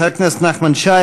חבר הכנסת נחמן שי.